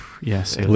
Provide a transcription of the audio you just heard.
yes